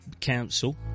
Council